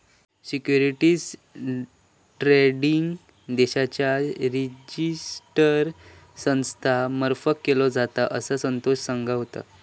securities trading देशाच्या register संस्था मार्फत केलो जाता, असा संतोष सांगा होतो